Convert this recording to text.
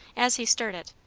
as he stirred it,